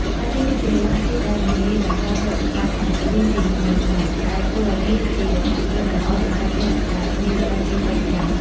ផ្លាទីនគឺជាលោហៈធាតុដែលមិនងាយបង្កប្រតិកម្មអាឡែហ្ស៊ីជាមួយស្បែក ដែលធ្វើឱ្យវាជាជម្រើសដ៏ល្អសម្រាប់អ្នកដែលមានស្បែកងាយប្រតិកម្ម។